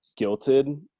guilted